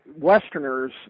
Westerners